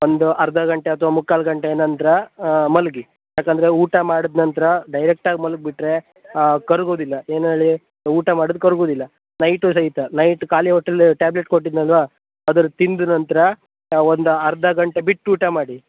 ಒಂದು ಅರ್ಧ ಗಂಟೆ ಅಥ್ವಾ ಮುಕ್ಕಾಲು ಗಂಟೆ ನಂತರ ಮಲಗಿ ಯಾಕಂದರೆ ಊಟ ಮಾಡಿದ ನಂತರ ಡೈರೆಕ್ಟಾಗಿ ಮಲಗಿಬಿಟ್ರೇ ಕರ್ಗೊದಿಲ್ಲ ಏನ್ಹೇಳಿ ಊಟ ಮಾಡಿದ್ದು ಕರ್ಗೊದಿಲ್ಲ ನೈಟು ಸಹಿತ ನೈಟ್ ಖಾಲಿ ಹೊಟ್ಟೆಲಿ ಟ್ಯಾಬ್ಲೆಟ್ ಕೊಟ್ಟಿದ್ದೆನಲ್ವಾ ಅದನ್ನು ತಿಂದ ನಂತರ ಹಾಂ ಒಂದು ಅರ್ಧ ಗಂಟೆ ಬಿಟ್ಟು ಊಟ ಮಾಡಿ